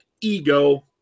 ego